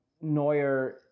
Neuer